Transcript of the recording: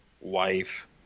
wife